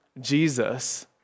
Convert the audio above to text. Jesus